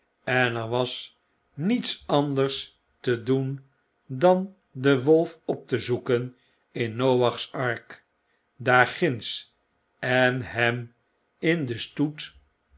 en er was niets anders te doen dan den wolf op te zoeken in noach's ark daar ginds en hem in den stoet